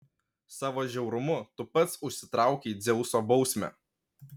savo žiaurumu tu pats užsitraukei dzeuso bausmę